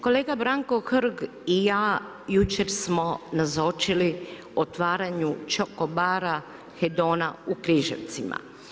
Kolega Branko Hrg i ja jučer smo nazočili otvaranje čoko bara Hedona u Križevcima.